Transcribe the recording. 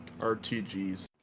RTGs